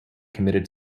committed